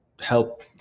help